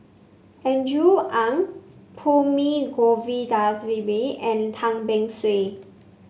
Andrew Ang Perumal Govindaswamy and Tan Beng Swee